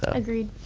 ah agreed.